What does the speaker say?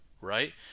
right